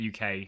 UK